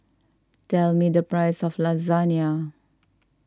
tell me the price of Lasagna